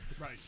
Right